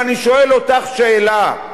ואני שואל אותך שאלה: